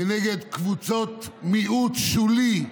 כנגד קבוצת מיעוט שולית והזויה,